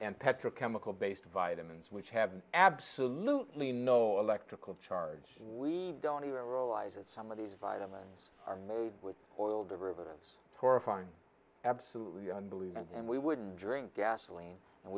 and petro chemical based vitamins which have absolutely no electrical charge we don't eat our allies and some of these vitamins are made with oil derivatives horrifying absolutely unbelievable and we wouldn't drink gasoline and